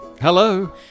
Hello